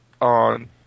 on